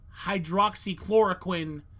hydroxychloroquine